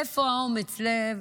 איפה אומץ הלב